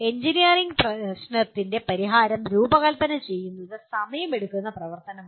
engineering പ്രശ്നത്തിന് പരിഹാരം രൂപകൽപ്പന ചെയ്യുന്നത് സമയമെടുക്കുന്ന പ്രവർത്തനമാണ്